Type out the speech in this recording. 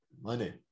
Money